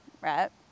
right